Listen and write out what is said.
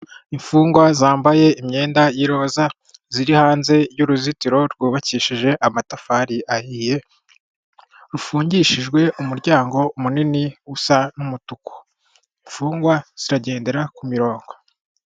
Imfungwa zambaye imyenda y'iroza ziri hanze y'uruzitiro rwubakishije amatafari ahiye rufungishijwe umuryango munini usa n'umutuku, imfungwa ziragendera ku murongo.